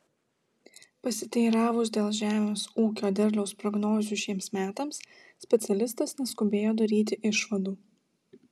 pasiteiravus dėl žemės ūkio derliaus prognozių šiems metams specialistas neskubėjo daryti išvadų